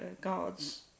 God's